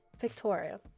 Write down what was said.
victoria